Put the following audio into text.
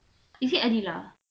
is it adhilah